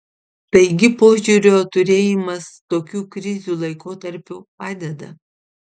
taigi požiūrio turėjimas tokių krizių laikotarpiu padeda